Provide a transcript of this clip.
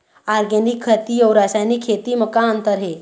Organic खेती अउ रासायनिक खेती म का अंतर हे?